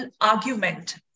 argument